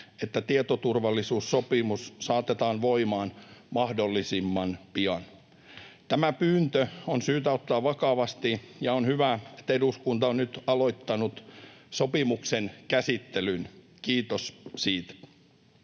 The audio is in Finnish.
että tietoturvallisuussopimus saatetaan voimaan mahdollisimman pian. Tämä pyyntö on syytä ottaa vakavasti, ja on hyvä, että eduskunta on nyt aloittanut sopimuksen käsittelyn — kiitos siitä.